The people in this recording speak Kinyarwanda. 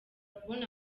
kubona